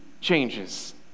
changes